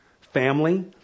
Family